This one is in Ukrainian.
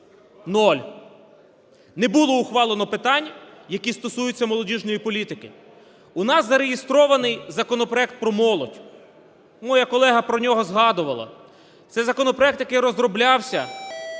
Нуль, не було ухвалено питань, які стосуються молодіжної політики. У нас зареєстрований законопроект про молодь, моя колега про нього згадувала. Це законопроект, який розроблявся